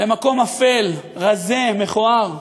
למקום אפל, רזה, מכוער.